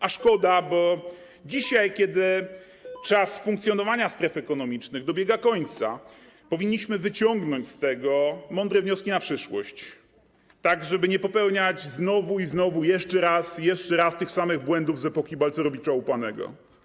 A szkoda, bo dzisiaj, kiedy czas funkcjonowania stref ekonomicznych dobiega końca, powinniśmy wyciągnąć z tego mądre wnioski na przyszłość, tak żeby nie popełniać znowu i znowu, jeszcze raz i jeszcze raz tych samych błędów z epoki Balcerowicza łupanego.